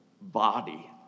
body